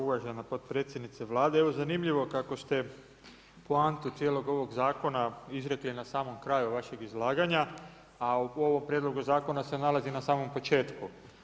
Uvažena potpredsjednice Vlade, evo zanimljivo kako ste poantu cijelog ovog zakona izrekli na samom kraju vašeg izlaganja a u ovom prijedlogu zakona se nalazi na samom početku.